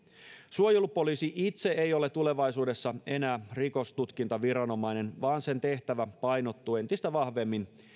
suojelupoliisi itse ei ole tulevaisuudessa enää rikostutkintaviranomainen vaan sen tehtävä painottuu entistä vahvemmin